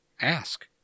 ask